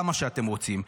כמה שאתם רוצים,